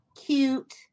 cute